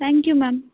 thank you ma'am